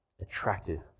attractive